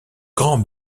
grand